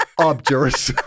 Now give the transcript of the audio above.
obdurate